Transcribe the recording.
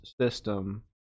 system